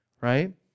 right